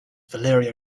valeria